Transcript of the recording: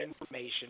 information